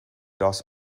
does